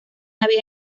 había